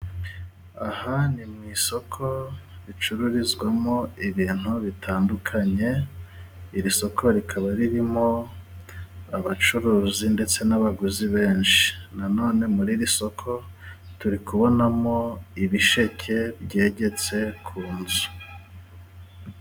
Aha ni mu isoko ricururizwamo ibintu bitandukanye. Iri soko rikaba ririmo abacuruzi ndetse n'abaguzi benshi. Nanone muri iri soko turi kubonamo ibisheke byegetse ku nzu.